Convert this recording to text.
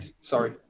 Sorry